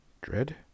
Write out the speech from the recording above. Dread